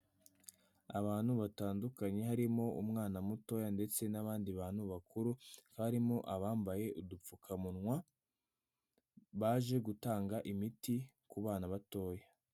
Abantu batandukanye, harimo umwana mutoya ndetse n'abandi bantu bakuru, barimo abambaye udupfukamunwa, baje gutanga imiti ku bana batoya.